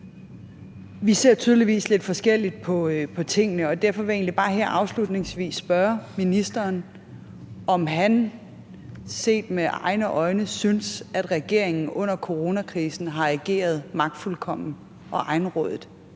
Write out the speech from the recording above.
Vi ser tydeligvis lidt forskelligt på tingene, og derfor vil jeg egentlig bare her afslutningsvis spørge ministeren, om han selv synes, regeringen under coronakrisen har ageret magtfuldkomment og egenrådigt.